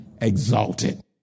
exalted